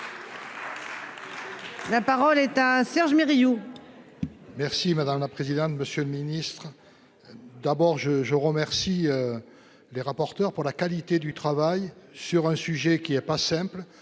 La parole est à Serge mais Riou. Merci madame la présidente. Monsieur le Ministre. D'abord je je remercie. Les rapporteurs pour la qualité du travail sur un sujet qui est pas simple